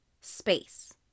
space